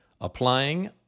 Applying